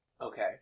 Okay